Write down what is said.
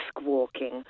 walking